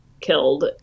killed